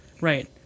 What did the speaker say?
right